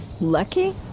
Lucky